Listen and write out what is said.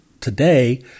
today